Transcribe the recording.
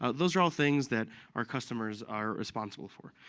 ah those are all things that our customers are responsible for.